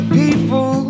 people